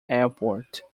airport